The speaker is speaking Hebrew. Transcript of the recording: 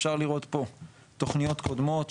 אפשר לראות פה תוכניות קודמות,